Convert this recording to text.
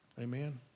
Amen